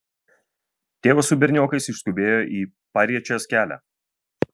tėvas su berniokais išskubėjo į pariečės kelią